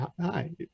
hi